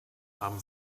haben